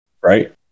right